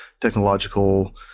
technological